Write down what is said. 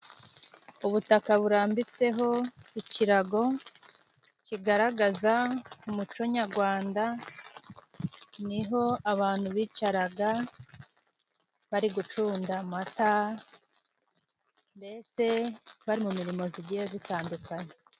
Ubutaka burambitseho ikirago kigaragaza umuco nyagwanda, ni ho abantu bicaraga bari gucunda amata, mbese bari mu mirimo zigiye zitandukanye.